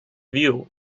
view